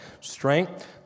strength